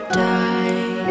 die